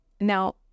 Now